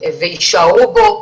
ויישארו בו,